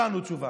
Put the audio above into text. לא ענו תשובה.